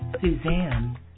Suzanne